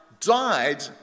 died